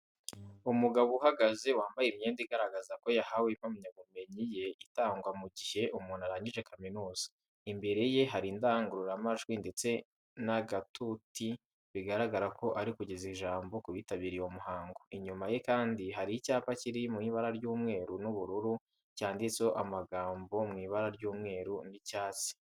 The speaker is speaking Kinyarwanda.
Umugabo uhagaze, wambaye imyenda igaragaza ko yahawe impamyabumenyi ye itangwa mu gihe umuntu arangijre kaminuza. Imbere ye hari indangururamajwi ndetse n'agatuti bigaragara ko ari kugeza ijambo ku bitabiriye uwo muhango. Inyuma ye kandi hari icyapa kiri mu ibara ry'umweru n'ubururu cyanditseho amagambo mu ibara ry'umweru n'icyatsi.